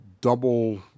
double